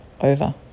over